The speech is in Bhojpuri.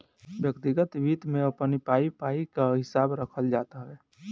व्यक्तिगत वित्त में अपनी पाई पाई कअ हिसाब रखल जात हवे